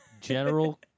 General